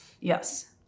Yes